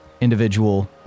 individual